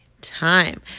time